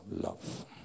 love